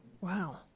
Wow